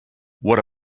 what